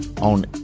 on